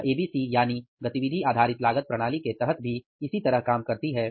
यह ABC यानी गतिविधि आधारित लागत प्रणाली के तहत भी इसी तरह काम करती है